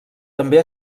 també